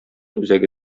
үзәге